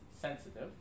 sensitive